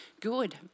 good